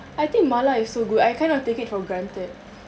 I think mala is so good I kind of take it for granted